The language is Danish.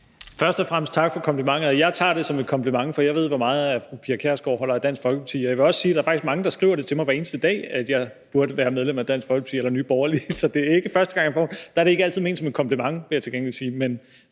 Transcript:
Først og fremmest tak for komplimenten. Jeg tager det som en kompliment, for jeg ved, hvor meget fru Pia Kjærsgaard holder af Dansk Folkeparti. Og jeg vil også sige, at der faktisk er mange, der skriver til mig hver eneste dag, at jeg burde være medlem af Dansk Folkeparti eller Nye Borgerlige – og der er det ikke altid ment som en kompliment, vil jeg til gengæld sige.